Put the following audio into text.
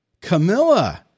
Camilla